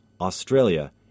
Australia